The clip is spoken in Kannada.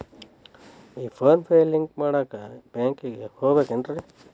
ಈ ಫೋನ್ ಪೇ ಲಿಂಕ್ ಮಾಡಾಕ ಬ್ಯಾಂಕಿಗೆ ಹೋಗ್ಬೇಕೇನ್ರಿ?